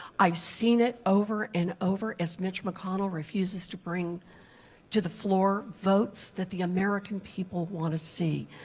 i've seen it over and over as mitch mcconnell refuses to bring to the floor votes that the american people want to see.